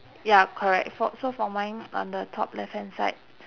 ya correct for so mine on the top left hand side